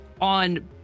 on –